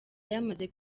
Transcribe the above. yamaze